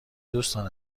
دوستان